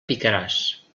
picaràs